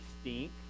stink